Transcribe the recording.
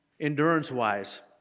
endurance-wise